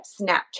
Snapchat